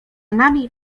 nami